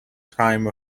time